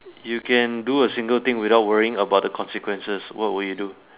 you can do a single thing without worrying about the consequences what will you do